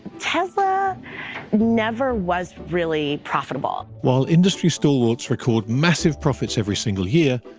tesla never was really profitable. while industry stalwarts record massive profits every single year,